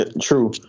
true